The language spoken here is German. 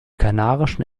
kanarischen